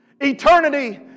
Eternity